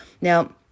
Now